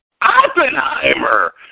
Oppenheimer